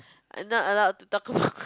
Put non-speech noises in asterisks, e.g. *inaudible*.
I'm not allowed to talk about *laughs*